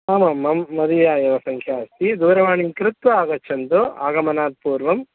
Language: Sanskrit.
आमां मम् मदीया एव सङ्ख्या अस्ति दूरवाणीं कृत्वा आगच्छन्तु आगमनात् पूर्वं